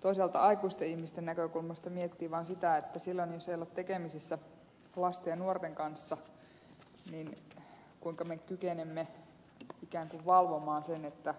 toisaalta aikuisten ihmisten näkökulmasta miettii vaan sitä että silloin jos ei olla tekemisissä lasten ja nuorten kanssa kuinka me kykenemme ikään kuin valvomaan sitä että